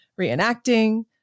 reenacting